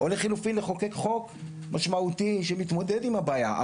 או לחילופין לחוקק חוק משמעותי שמתמודד עם הבעיה,